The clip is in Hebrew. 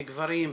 בגברים,